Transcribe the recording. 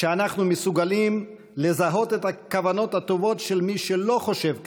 שאנחנו מסוגלים לזהות את הכוונות הטובות של מי שלא חושב כמונו,